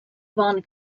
van